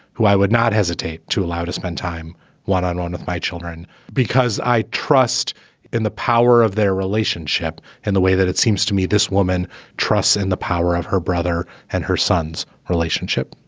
who i would not hesitate to allow to spend time one on one with my children because i trust in the power of their relationship and way that it seems to me this woman trust in the power of her brother and her son's relationship.